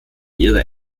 ihre